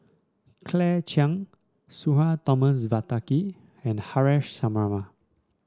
Claire Chiang Sudhir Thomas Vadaketh and Haresh Sharma